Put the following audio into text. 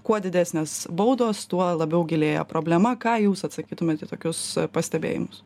kuo didesnės baudos tuo labiau gilėja problema ką jūs atsakytumėt į tokius pastebėjimus